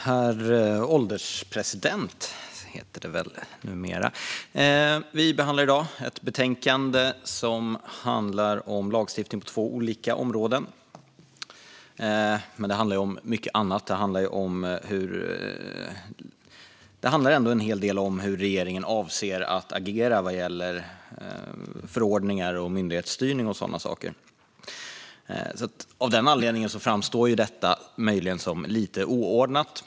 Herr ålderspresident! Vi behandlar i dag ett betänkande som handlar om lagstiftning på två olika områden, men det handlar också om mycket annat. Det handlar en hel del om hur regeringen avser att agera vad gäller förordningar, myndighetsstyrning och sådana saker. Av denna anledning framstår det möjligen som lite oordnat.